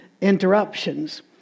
interruptions